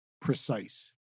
precise